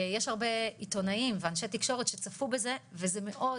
יש הרבה עיתונאים ואנשי תקשורת שצפו בזה וזה מאוד